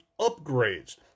upgrades